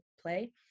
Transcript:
play